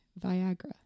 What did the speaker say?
Viagra